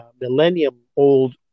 millennium-old